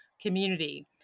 community